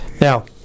now